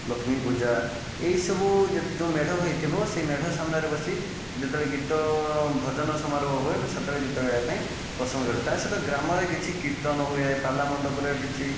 ଲକ୍ଷ୍ମୀ ପୂଜା ଏହି ସବୁ ଯେଯୋଉଁ ମେଢ଼ ହୋଇଥିବ ସେହି ମେଢ଼ ସାମ୍ନାରେ ବସି ଯେତେବେଳେ ଗୀତ ଭଜନ ସମାରୋହ ହୁଏ ସେତେବେଳେ ଗୀତ ଗାଇବା ପାଇଁ ପସନ୍ଦ କରେ ତା ସହିତ ଗ୍ରାମରେ କିଛି କୀର୍ତ୍ତନ ହୁଏ ପାଲାମଣ୍ଡପରେ କିଛି